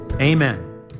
Amen